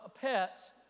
pets